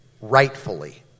Rightfully